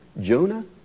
Jonah